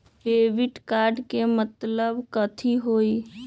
Debit card के मतलब कथी होई?